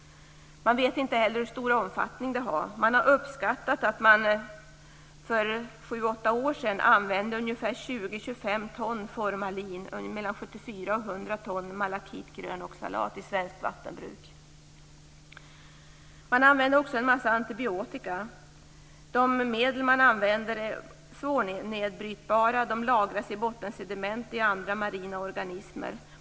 Man vet inte heller hur stor omfattning det har. Uppskattningar har gjorts av att det för sju-åtta år sedan användes 20-25 ton formalin och 74-100 ton malakitgrönoxalat i det svenska vattenbruket. Man använder också mycket antibiotika. De medel som man använder är svårnedbrytbara, och de lagras i bottensediment och i andra marina organismer.